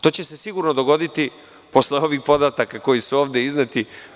To će se sigurno dogoditi posle ovih podataka koji su ovde izneti.